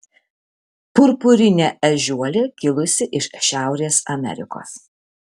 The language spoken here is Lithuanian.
purpurinė ežiuolė kilusi iš šiaurės amerikos